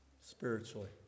Spiritually